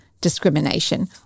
discrimination